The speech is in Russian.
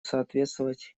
соответствовать